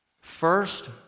First